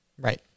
Right